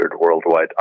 worldwide